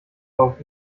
auf